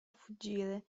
fuggire